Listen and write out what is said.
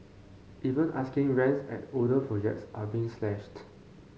even asking rents at older projects are being slashed